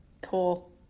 Cool